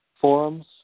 forums